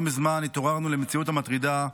לא מזמן התעוררנו למציאות מטרידה,